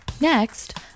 Next